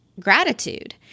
gratitude